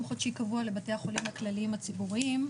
חודשי קבוע לבתי החולים הכלליים הציבוריים.